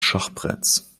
schachbretts